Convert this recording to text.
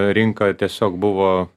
rinka tiesiog buvo